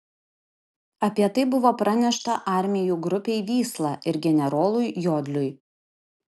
apie tai buvo pranešta armijų grupei vysla ir generolui jodliui